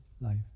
life